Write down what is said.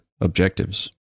objectives